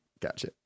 gotcha